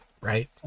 right